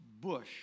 Bush